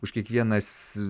už kiekvienas